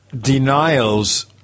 denials